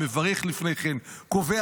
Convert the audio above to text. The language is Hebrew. מברך לפני כן,